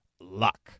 luck